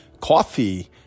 Coffee